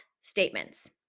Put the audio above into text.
statements